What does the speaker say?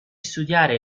studiare